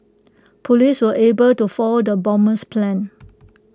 Police were able to foil the bomber's plans